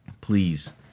please